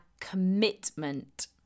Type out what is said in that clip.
commitment